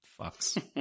fucks